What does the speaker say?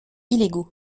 illégaux